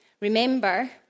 Remember